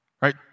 Right